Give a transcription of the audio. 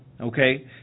okay